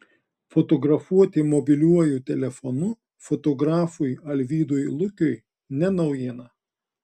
fotografuoti mobiliuoju telefonu fotografui alvydui lukiui ne naujiena